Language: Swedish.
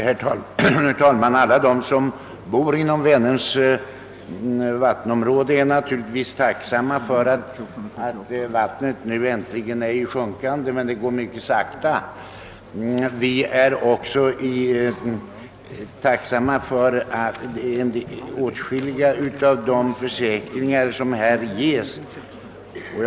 Herr talman! Alla som bor vid Vänerns vattenområde är naturligtvis tacksamma för att vattnet nu äntligen är i sjunkande — det går emellertid mycket sakta. Vi är också tacksamma för åtskilliga av de försäkringar som ges i svaret.